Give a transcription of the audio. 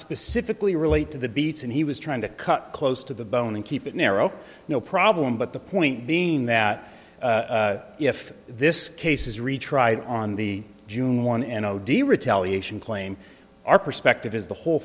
specifically relate to the beats and he was trying to cut close to the bone and keep it narrow no problem but the point being that if this case is retried on the june one and zero day retaliation claim our perspective is the whole